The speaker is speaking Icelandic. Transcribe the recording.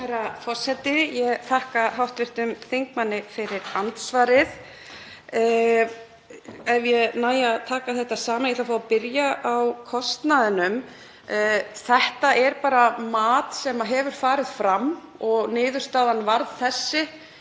Herra forseti. Ég þakka hv. þingmanni fyrir andsvarið. Ef ég næ að taka þetta saman þá ætla ég að fá að byrja á kostnaðinum. Þetta er bara mat sem hefur farið fram og niðurstaðan varð þessi.